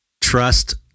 trust